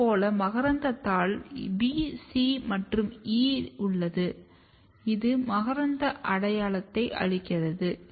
இதேபோல் மகரந்தங்களில் B C மற்றும் E உள்ளது இது மகரந்த அடையாளத்தை அளிக்கிறது